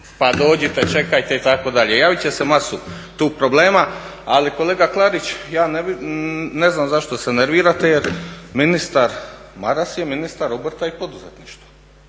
pa dođite, čekajte itd. javit će se masu tu problema. Ali kolega Klarić ne znam zašto se nervirate jer ministar Maras je ministar obrta i poduzetništva.